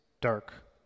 dark